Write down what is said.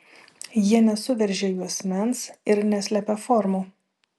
jie nesuveržia juosmens ir neslepia formų